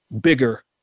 bigger